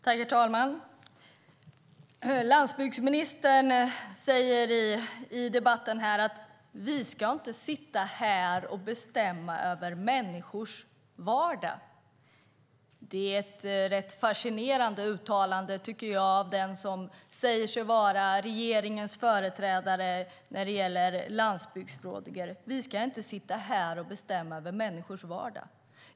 Herr talman! Landsbygdsministern säger i debatten att vi inte ska sitta här och bestämma över människors vardag. Det är ett rätt fascinerande uttalande, tycker jag, av den som säger sig vara regeringens företrädare i landsbygdsfrågor - vi ska inte sitta här och bestämma över människors vardag.